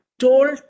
told